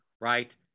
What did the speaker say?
Right